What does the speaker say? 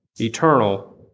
eternal